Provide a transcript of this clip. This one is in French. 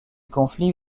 conflit